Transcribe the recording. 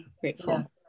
grateful